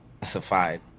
classified